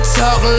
talk